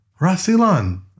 Rasilan